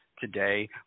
today